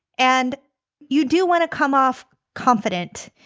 and you do want to come off confident.